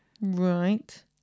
Right